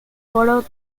foro